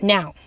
Now